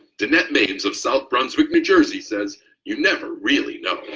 danette names of south brunswick, new jersey says you never really know.